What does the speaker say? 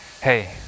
hey